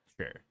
Sure